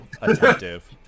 attentive